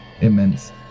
immense